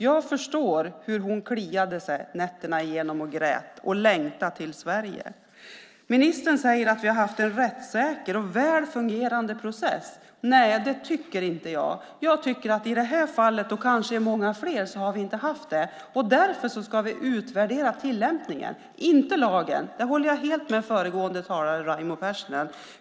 Jag förstår hur hon kliade sig nätterna igenom och grät och längtade till Sverige. Ministern säger att vi har haft en rättssäker och väl fungerande process. Det tycker inte jag. I det här fallet och kanske i många fler har vi inte haft det. Därför ska vi utvärdera tillämpningen, men inte lagen. Där håller jag helt med föregående talare, Raimo Pärssinen.